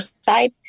side